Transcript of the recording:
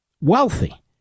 Wealthy